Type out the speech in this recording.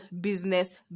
business